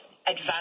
advantage